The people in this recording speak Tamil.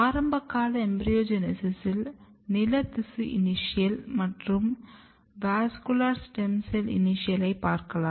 ஆரம்பகால எம்பிரியோஜெனிசிஸ்ஸில் நில திசு இனிஷியல் மற்றும் வாஸ்குலர் ஸ்டெம் செல் இனிஷியலைப் பார்க்கலாம்